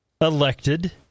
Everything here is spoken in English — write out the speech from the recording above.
elected